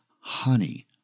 honey